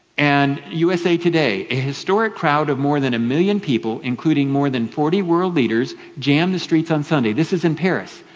and usa today, a historic crowd of more than a million people including more than forty world leaders jammed the streets on sunday. this is in paris.